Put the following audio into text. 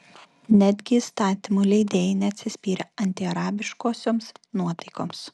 netgi įstatymų leidėjai neatsispyrė antiarabiškosioms nuotaikoms